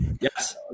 Yes